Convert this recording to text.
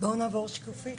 בואו נעבור שקופית